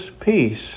peace